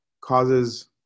causes